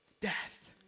death